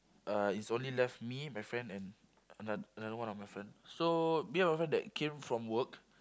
uh is only left me my friend and ano~ another one of my friend so me and my friend that came from work